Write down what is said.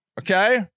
Okay